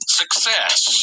success